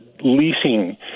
leasing